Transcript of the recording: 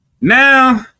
Now